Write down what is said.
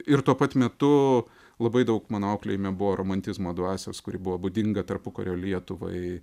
ir tuo pat metu labai daug mano auklėjime buvo romantizmo dvasios kuri buvo būdinga tarpukario lietuvai